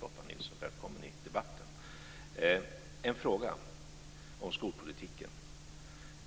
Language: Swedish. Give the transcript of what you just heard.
Lotta Nilsson Hedström välkommen i debatten. Jag har en fråga om skolpolitiken.